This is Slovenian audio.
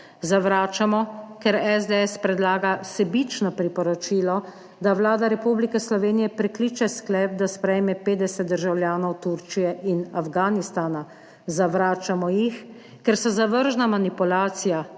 Zavračamo, ker SDS predlaga sebično priporočilo, da Vlada Republike Slovenije prekliče sklep, da sprejme 50 državljanov Turčije in Afganistana. Zavračamo jih, ker so zavržna manipulacija,